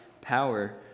power